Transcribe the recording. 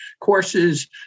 courses